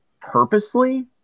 purposely